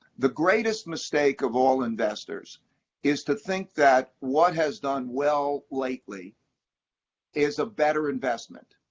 the greatest mistake of all investors is to think that what has done well lately is a better investment,